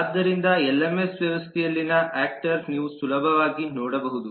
ಆದ್ದರಿಂದ ಎಲ್ಎಂಎಸ್ ವ್ಯವಸ್ಥೆಯಲ್ಲಿನ ಯಾಕ್ಟರ್ ನೀವು ಸುಲಭವಾಗಿ ನೋಡಬಹುದು